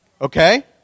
Okay